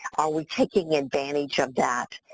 are we taking advantage of that?